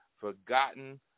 forgotten